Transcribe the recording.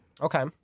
Okay